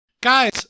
Guys